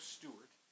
Stewart